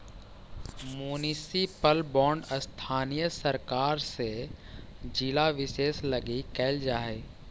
municipal bond स्थानीय सरकार से जिला विशेष लगी कैल जा हइ